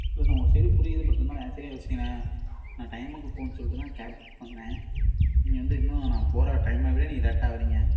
இல்லைண்ண உங்கள் சைடு புரியுது பட் இருந்தாலும் ஏன் சைடும் யோசிங்கண்ணே நான் டைமுக்கு போகணும்னு சொல்லிவிட்டு தான் கேப் புக் பண்ணேன் நீங்கள் வந்து இன்னும் நான் போகற டைமை விட நீங்கள் லேட்டாக வரீங்க